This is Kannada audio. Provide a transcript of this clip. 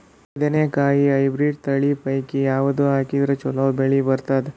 ಬದನೆಕಾಯಿ ಹೈಬ್ರಿಡ್ ತಳಿ ಪೈಕಿ ಯಾವದು ಹಾಕಿದರ ಚಲೋ ಬೆಳಿ ಬರತದ?